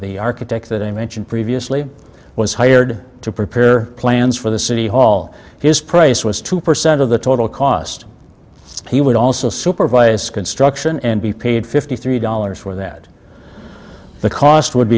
the architect that i mentioned previously was hired to prepare plans for the city hall his price was two percent of the total cost he would also supervise construction and be paid fifty three dollars for that the cost would